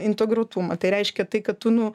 integruotumą tai reiškia tai kad tu nu